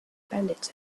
bandits